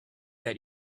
that